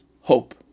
hope